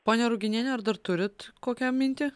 ponia ruginiene ar dar turit kokią mintį